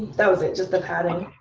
that was it just the padding.